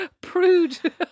Prude